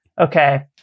okay